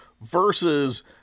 versus